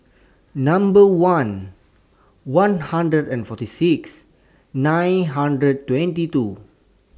Number one one hundred and forty six nine hundred twenty two